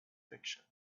fiction